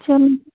चलो